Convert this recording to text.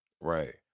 Right